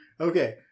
Okay